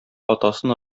атасын